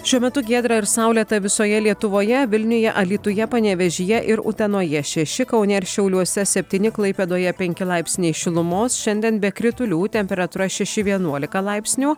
šiuo metu giedra ir saulėta visoje lietuvoje vilniuje alytuje panevėžyje ir utenoje šeši kaune ir šiauliuose septyni klaipėdoje penki laipsniai šilumos šiandien be kritulių temperatūra šeši vienuolika laipsnių